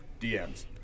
DMs